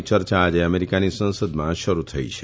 યર્ચા આજે અમેરીકાની સંસદમાં શરૂ થશે